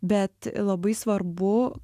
bet labai svarbu